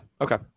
Okay